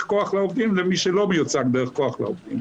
כח לעובדים למי שלא מיוצג דרך כח לעובדים.